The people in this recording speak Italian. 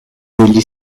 degli